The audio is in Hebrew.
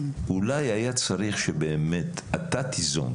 אולי היה צריך שבאמת אתה תיזום,